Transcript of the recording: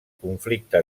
conflicte